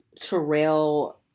Terrell